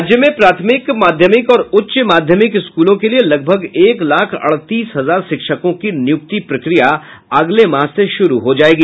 राज्य में प्राथमिक माध्यमिक और उच्च माध्यमिक स्कूलों के लिए लगभग एक लाख अड़तीस हजार शिक्षकों की नियुक्ति प्रक्रिया अगले माह से शुरू हो जायेगी